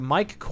Mike